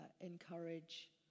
encourage